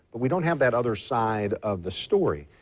we don't have that other side of the story.